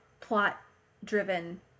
plot-driven